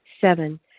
seven